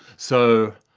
so,